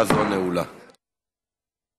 עברה בקריאה ראשונה, ותעבור להמשך הכנה לקריאה